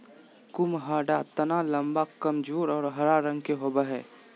कुम्हाडा तना लम्बा, कमजोर और हरा रंग के होवो हइ